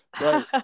right